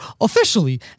officially